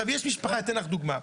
אתן לך דוגמה,